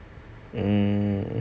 mm